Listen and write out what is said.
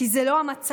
כי זה לא המצב.